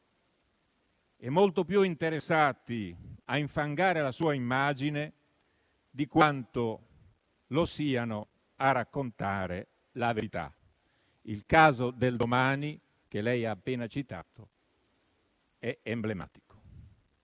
e molto più interessati a infangare la sua immagine di quanto lo siano a raccontare la verità. Il caso del «Domani» che lei ha appena citato è emblematico.